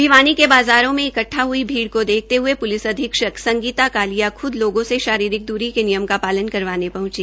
भिवानी के बाज़ारों में इकट्ठा हई भीड़ को देखते हये प्लिस अधीक्षक संगीता कालिया ख्द लोगों से शारीरिक दूरी के नियम का पालन करवाने पहुंची